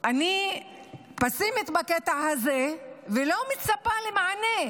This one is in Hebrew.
אני פסימית בקטע הזה ולא מצפה למענה,